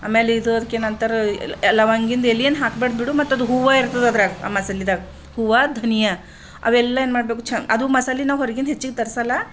ಆಮೇಲೆ ಇದು ಅದ್ಕೇನಂತಾರೆ ಲವಂಗದ್ದು ಎಲೆಯನ್ನ ಹಾಕ್ಬಾರ್ದು ಬಿಡು ಮತ್ತದು ಹೂವು ಇರ್ತದದ್ರಾಗ ಆ ಮಸಾಲೆದಾಗ ಹೂವ ಧನಿಯಾ ಅವೆಲ್ಲ ಏನು ಮಾಡಬೇಕು ಚನ್ನ ಅದು ಮಸಾಲೆ ನಾವು ಹೊರಗಿಂದ ಹೆಚ್ಚಿಗೆ ತರಿಸಲ್ಲ